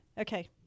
Okay